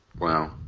Wow